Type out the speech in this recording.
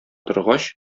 торгач